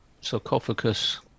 sarcophagus